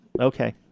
Okay